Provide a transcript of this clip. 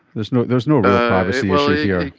there's no there's no real privacy here.